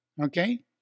Okay